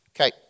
Okay